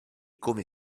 come